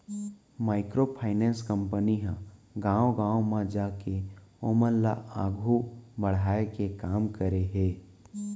micro finance company ह गाँव गाँव म जाके ओमन ल आघू बड़हाय के काम करे हे